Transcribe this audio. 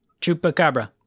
chupacabra